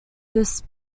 this